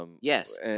Yes